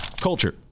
Culture